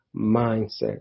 mindset